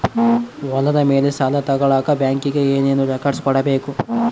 ಹೊಲದ ಮೇಲೆ ಸಾಲ ತಗಳಕ ಬ್ಯಾಂಕಿಗೆ ಏನು ಏನು ರೆಕಾರ್ಡ್ಸ್ ಕೊಡಬೇಕು?